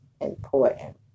important